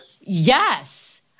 Yes